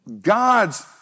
God's